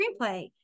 screenplay